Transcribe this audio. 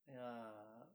ya